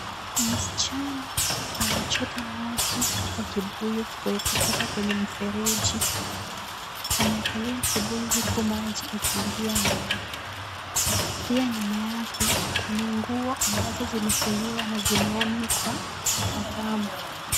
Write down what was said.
Msichana anachota maji kwa kibuyu kutoka kwenye mfereji. Amewekelea kibuyu huku maji ikiingia ndani. Pia nyuma yake kuna nguo ambazo zimefuliwa na zimeanikwa kwa kamba.